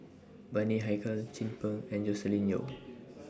Bani Haykal Chin Peng and Joscelin Yeo